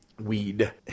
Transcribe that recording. Weed